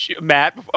Matt